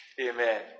Amen